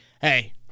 hey